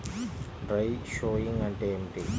Dry sowing అంటే ఏమిటి?